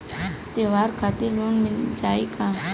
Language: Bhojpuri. त्योहार खातिर लोन मिल जाई का?